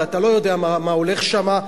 ואתה לא יודע מה הולך שם,